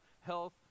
health